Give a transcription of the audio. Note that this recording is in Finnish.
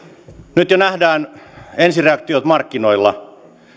nyt jo nähdään ensireaktiot markkinoilla